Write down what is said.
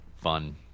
fun